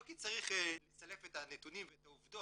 לא כי צריך לסלף את הנתונים והעובדות,